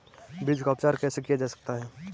बीज का उपचार कैसे किया जा सकता है?